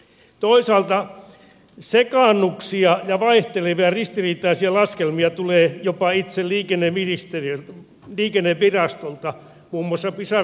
toisaalta sekaannuksia ja vaihtelevia ristiriitaisia laskelmia tulee jopa itse liikennevirastolta muun muassa pisara radan osalta